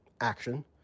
action